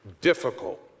difficult